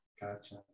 Gotcha